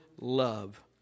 love